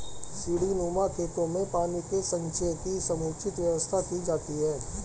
सीढ़ीनुमा खेतों में पानी के संचय की समुचित व्यवस्था की जाती है